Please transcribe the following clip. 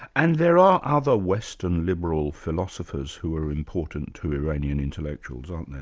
and there are other western liberal philosophers who are important to iranian intellectuals, aren't there?